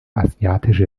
asiatische